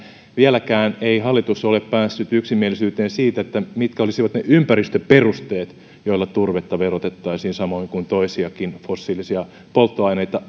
vieläkään ei hallitus ole päässyt yksimielisyyteen siitä mitkä olisivat ne ympäristöperusteet joilla turvetta verotettaisiin samoin kuin toisiakin fossiilisiakin polttoaineita